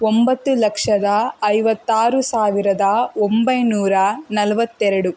ಒಂಬತ್ತು ಲಕ್ಷದ ಐವತ್ತಾರು ಸಾವಿರದ ಒಂಬೈನೂರ ನಲ್ವತ್ತೆರಡು